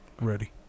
Ready